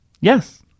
Yes